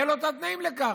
יהיו לו התנאים לכך.